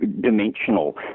dimensional